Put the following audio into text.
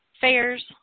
fairs